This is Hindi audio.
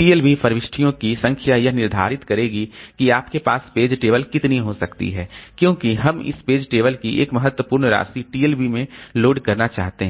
TLB प्रविष्टियों की संख्या यह निर्धारित करेगी कि आपके पास पेज टेबल कितनी हो सकती है क्योंकि हम इस पेज टेबल की एक महत्वपूर्ण राशि TLB में लोड करना चाहते हैं